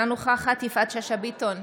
אינה נוכחת יפעת שאשא ביטון,